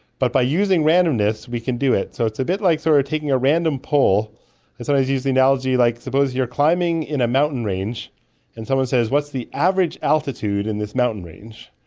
but by using randomness we can do it. so it's a bit like sort of taking a random poll. i sometimes use the analogy, like suppose you're climbing in a mountain range and someone says, what's the average altitude in this mountain range?